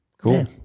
Cool